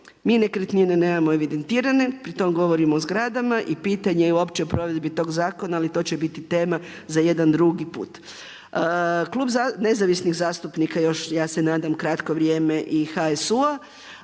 mi nekretnine nemamo evidentirane, pritom govorim o zgrada, i pitanje je uopće provedbe tog zakona ali to će biti tema za jedan drugi put. Klub nezavisnih zastupnika još ja se nadam, kratko vrijeme, i HSU-a